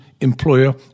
employer